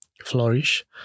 flourish